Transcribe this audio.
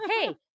hey